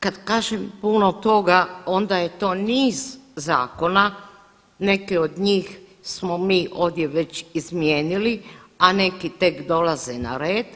Kad kažem puno toga onda je to niz zakona, neke od njih smo mi ovdje već izmijenili, a neki tek dolaze na red,